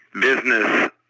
business